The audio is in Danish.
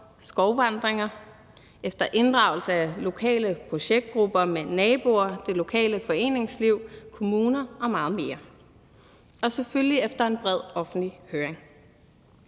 skovvandringer, efter inddragelse af lokale projektgrupper med naboer, det lokale foreningsliv, kommuner og meget mere, og selvfølgelig efter en bred offentlig høring.